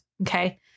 Okay